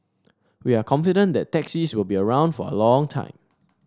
we are confident that taxis will be around for a long time